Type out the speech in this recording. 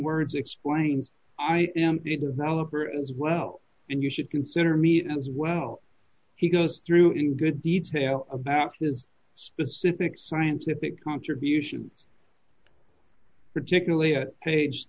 words explains i am the developer as well and you should consider me as well he goes through in good detail about his specific scientific contribution particularly at page